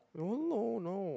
no no no